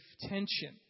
tension